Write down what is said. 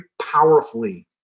powerfully